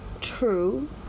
true